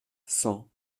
cent